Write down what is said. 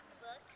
Books